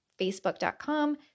facebook.com